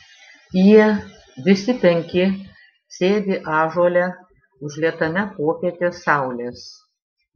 jie visi penki sėdi ąžuole užlietame popietės saulės